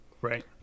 Right